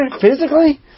physically